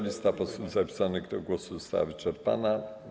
Lista posłów zapisanych do głosu została wyczerpana.